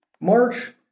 March